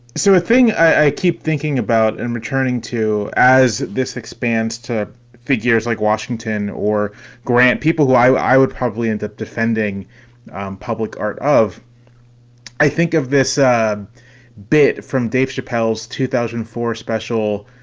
so thing? i. keep thinking about and returning to as this expands to figures like washington or grant people who i would probably end up defending public art of i think of this bit from dave chappelle's two thousand and four special.